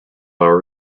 are